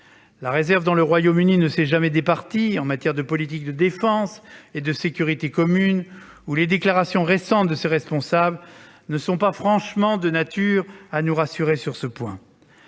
La réserve dont le Royaume-Uni ne s'est jamais départi en matière de politique de défense et de sécurité commune ou les déclarations récentes des responsables britanniques ne sont pas franchement de nature à nous rassurer sur ce point